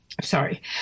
sorry